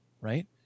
right